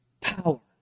Power